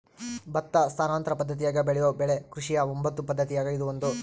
ಭತ್ತ ಸ್ಥಾನಾಂತರ ಪದ್ದತಿಯಾಗ ಬೆಳೆಯೋ ಬೆಳೆ ಕೃಷಿಯ ಒಂಬತ್ತು ಪದ್ದತಿಯಾಗ ಇದು ಒಂದು